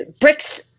bricks